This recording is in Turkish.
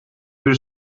bir